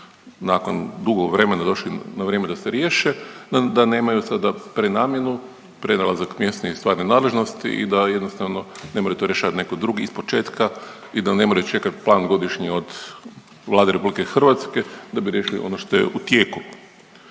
nakon dugo vremena došli na vrijeme da se riješe, da nemaju sada prenamjenu, prenalazak mjesni iz stvarne nadležnosti i da jednostavno ne može to rješavati netko drugi ispočetka i da ne moraju čekati plan godišnji od Vlade Republike Hrvatske da bi riješili ono što je u tijeku.